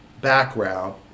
background